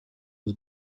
was